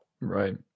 Right